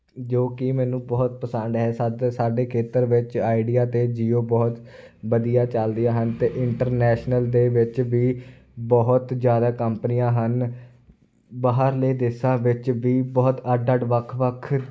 ਜੋ ਕਿ ਮੈਨੂੰ ਬਹੁਤ ਪਸੰਦ ਹੈ ਸਦ ਸਾਡੇ ਖੇਤਰ ਵਿੱਚ ਆਈਡੀਆ ਅਤੇ ਜੀਓ ਬਹੁਤ ਵਧੀਆ ਚੱਲਦੀਆਂ ਹਨ ਅਤੇ ਇੰਟਰਨੈਸ਼ਨਲ ਦੇ ਵਿੱਚ ਵੀ ਬਹੁਤ ਜ਼ਿਆਦਾ ਕੰਪਨੀਆਂ ਹਨ ਬਾਹਰਲੇ ਦੇਸ਼ਾਂ ਵਿੱਚ ਵੀ ਬਹੁਤ ਅੱਡ ਅੱਡ ਵੱਖ ਵੱਖ